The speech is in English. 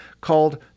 called